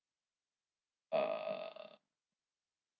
uh